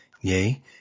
Yea